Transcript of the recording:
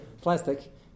plastic